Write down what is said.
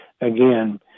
again